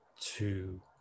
two